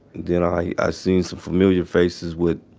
then, i seen some familiar faces with